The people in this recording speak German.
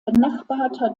benachbarter